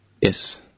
Yes